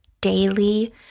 daily